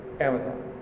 Amazon